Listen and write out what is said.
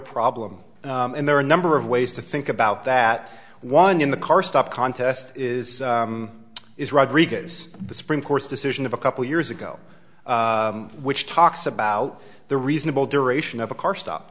problem and there are a number of ways to think about that one in the car stop contest is is rodriguez the supreme court's decision of a couple years ago which talks about the reasonable duration of a car stop